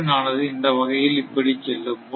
அதிர்வெண் ஆனது இந்த வகையில் இப்படி செல்லும்